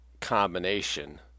combination